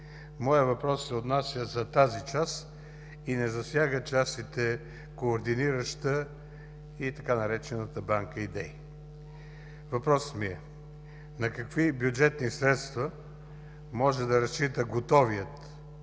Моят въпрос се отнася за тази част и не засяга частите „Координираща” и така наречената „Банка идеи”. Той е: на какви бюджетни средства може да разчита готовият